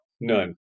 None